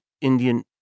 Indian